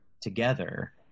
together